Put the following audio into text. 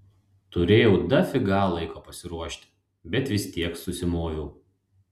turėjau dafiga laiko pasiruošti bet vis tiek susimoviau